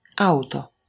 auto